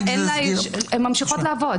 הן ממשיכות לעבוד.